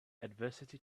adversity